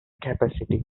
capacity